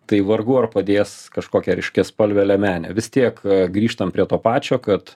tai vargu ar padės kažkokia ryškiaspalvė liemenė vis tiek grįžtam prie to pačio kad